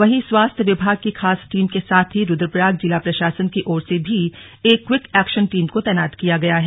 वहीं स्वास्थ्य विभाग की खास टीम के साथ ही रुद्रपुयाग जिला प्रशासन की ओर से भी एक क्वीक एक्शन टीम को तैनात किया गया है